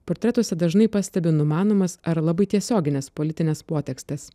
portretuose dažnai pastebi numanomas ar labai tiesiogines politines potekstes